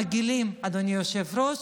אדוני היושב-ראש,